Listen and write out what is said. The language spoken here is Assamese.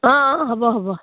অঁ অঁ হ'ব হ'ব